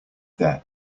there